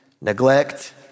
neglect